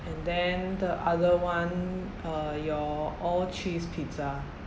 and then the other one uh your all cheese pizza